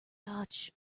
such